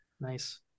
Nice